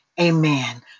amen